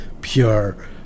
pure